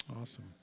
Awesome